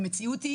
המציאות היא